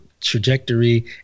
trajectory